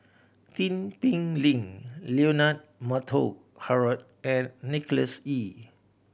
Tin Pei Ling Leonard Montague Harrod and Nicholas Ee